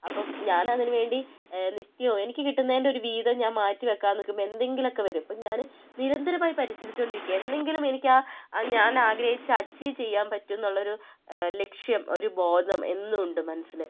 അപ്പം ഞാൻ അതിന് വേണ്ടി നിത്യവും എനിക്ക് കിട്ടുന്നതിൻ്റെ ഒരു വിഹിതം ഞാൻ മാറ്റി വയ്ക്കാം എന്ന് വയ്ക്കുമ്പോൾ എന്തെങ്കിലുമൊക്കെ വരും അപ്പോൾ ഞാൻ നിരന്തരമായി പരിശീലിച്ചുകൊണ്ടിരിക്കുവാണ് എന്നെങ്കിലും എനിക്ക് ആ ഞാൻ ആഗ്രഹിച്ചത് അച്ചീവ് ചെയ്യാൻ പറ്റും എന്നുള്ളൊരു ലക്ഷ്യം ഒരു ബോധം എന്നും ഉണ്ട് മനസ്സിൽ